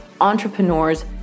entrepreneurs